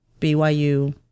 BYU